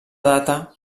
data